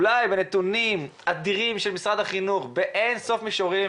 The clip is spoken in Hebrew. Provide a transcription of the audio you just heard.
אולי בנתונים של משרד החינוך באין סוף מישורים,